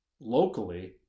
locally